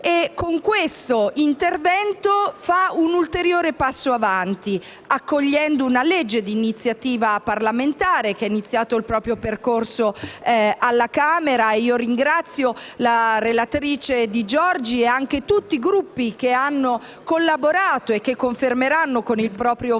Con questo intervento il Governo fa un ulteriore passo avanti, accogliendo una legge di iniziativa parlamentare che ha iniziato il proprio percorso alla Camera. Ringrazio la relatrice Di Giorgi e tutti i Gruppi che hanno collaborato e che confermeranno, con il proprio voto